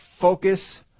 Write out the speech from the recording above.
focus